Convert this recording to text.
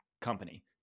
company